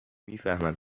میفهمم